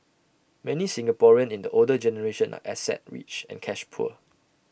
many Singaporeans in the older generation are asset rich and cash poor